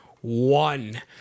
one